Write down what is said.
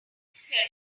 ferry